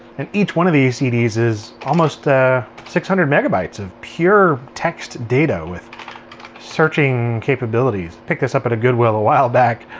and each one of these cds is almost ah six hundred megabytes of pure text data with searching capabilities. picked this up at a goodwill a while back.